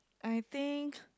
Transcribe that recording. I think